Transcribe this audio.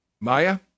Maya